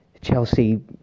Chelsea